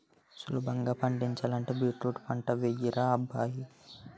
సులభంగా పండించాలంటే బీట్రూట్ పంటే యెయ్యరా అబ్బాయ్